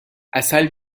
عسل